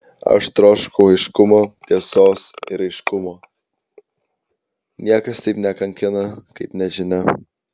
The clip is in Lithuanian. aš troškau aiškumo tiesos ir aiškumo niekas taip nekankina kaip nežinia